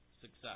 success